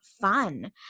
fun